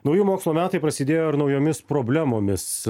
nauji mokslo metai prasidėjo naujomis problemomis